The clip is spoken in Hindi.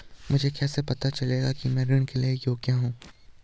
मुझे कैसे पता चलेगा कि मैं ऋण के लिए योग्य हूँ?